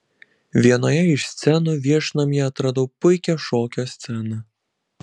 vienoje iš scenų viešnamyje atradau puikią šokio sceną